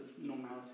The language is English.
normality